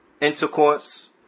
intercourse